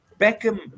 Beckham